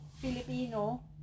Filipino